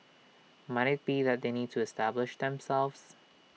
might IT be that they need to establish themselves